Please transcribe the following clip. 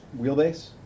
wheelbase